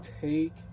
take